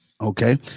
Okay